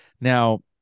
Now